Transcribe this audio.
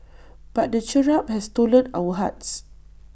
but the cherub has stolen our hearts